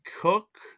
cook